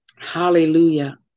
hallelujah